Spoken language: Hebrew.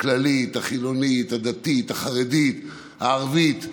הכללית, החילונית, הדתית, החרדית, הערבית,